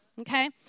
okay